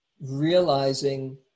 realizing